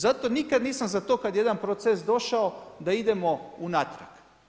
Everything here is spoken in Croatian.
Zato nikad nisam za to kad je jedan proces došao da idemo unatrag.